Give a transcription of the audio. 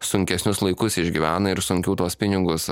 sunkesnius laikus išgyvena ir sunkiau tuos pinigus